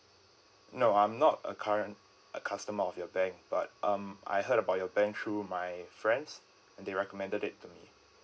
no I'm not a current a customer of your bank but um I heard about your bank through my friends and they recommended it to me